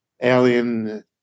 alien